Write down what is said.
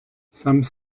some